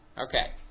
Okay